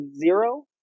zero